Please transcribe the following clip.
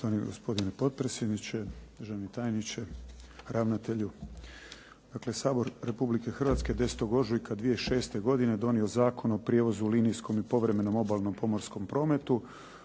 gospodine potpredsjedniče, državni tajniče, ravnatelju. Dakle, Sabor Republike Hrvatske 10. ožujka 2006. donio Zakon o prijevozu linijskom i povremenom obalnom pomorskom prometu